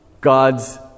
God's